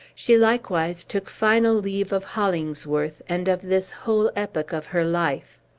she likewise took final leave of hollingsworth, and of this whole epoch of her life.